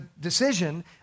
decision